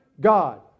God